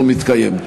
לא מתקיים.